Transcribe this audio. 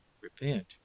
repent